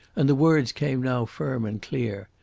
and the words came now firm and clear.